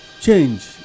change